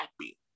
happy